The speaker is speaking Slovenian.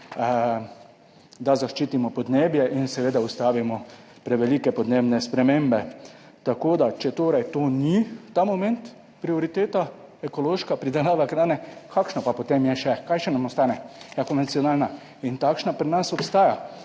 da zaščitimo podnebje in seveda ustavimo prevelike podnebne spremembe. Tako da, če torej to ni ta moment prioriteta, ekološka pridelava hrane, kakšna pa potem je še kaj še nam ostane? Ja, konvencionalna in takšna pri nas obstaja.